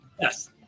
Yes